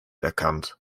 erkannt